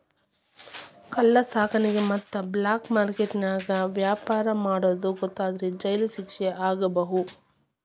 ಕಳ್ಳ ಸಾಕಾಣಿಕೆ ಮತ್ತ ಬ್ಲಾಕ್ ಮಾರ್ಕೆಟ್ ನ್ಯಾಗ ವ್ಯಾಪಾರ ಮಾಡೋದ್ ಗೊತ್ತಾದ್ರ ಜೈಲ್ ಶಿಕ್ಷೆ ಆಗ್ಬಹು